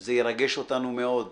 זה ירגש אותנו מאוד.